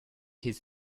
his